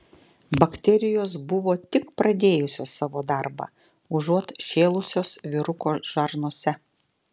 bakterijos buvo tik pradėjusios savo darbą užuot šėlusios vyruko žarnose